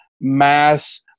mass